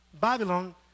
Babylon